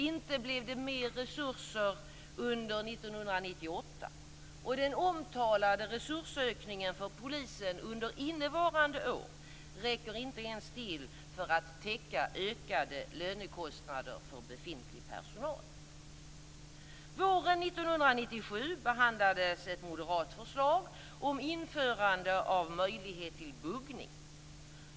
Inte blev det mer resurser under 1998, och den omtalade resursökningen för polisen under innevarande år räcker inte ens till för att täcka ökade lönekostnader för befintlig personal. Våren 1997 behandlades ett moderat förslag om införande av möjlighet till buggning.